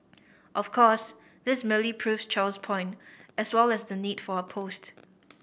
of course this merely proves Chow's point as well as and the need for her post